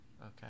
Okay